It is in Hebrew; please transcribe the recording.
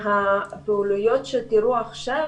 שהפעילויות שתראו עכשיו